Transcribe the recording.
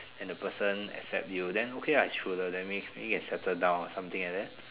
and the person accept you then okay ah is true love then may maybe can settle down or something like that